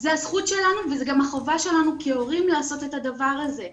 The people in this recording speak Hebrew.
זו הזכות שלנו וזו גם החובה שלנו כהורים לעשות את הדבר הזה.